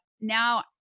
now